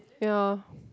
ya